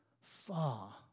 far